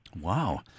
Wow